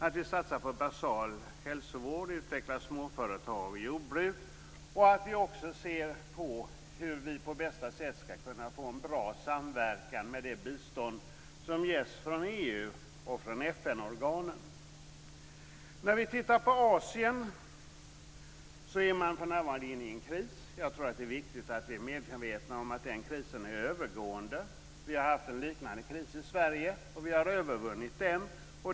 Vi skall satsa på basal hälsovård, utveckla småföretag och jordbruk och vi skall också titta närmare på hur vi på bästa sätt skall kunna få en bra samverkan med det bistånd som ges från EU och från FN-organen. När vi tittar på Asien ser vi att man för närvarande är inne i en kris. Jag tror att det är viktigt att vi är medvetna om att den krisen är övergående. Vi har haft en liknande kris i Sverige och vi har övervunnit den.